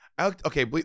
Okay